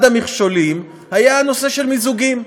אחד המכשולים היה הנושא של מיזוגים.